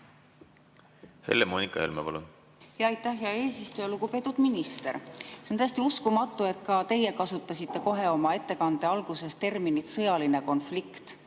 Helle‑Moonika Helme, palun! Aitäh, hea eesistuja! Lugupeetud minister! See on täiesti uskumatu, et ka teie kasutasite kohe oma ettekande alguses terminit "sõjaline konflikt